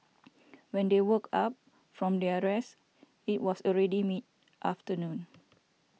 when they woke up from their rest it was already mid afternoon